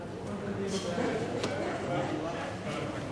חוק המים (תיקון מס' 26),